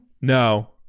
No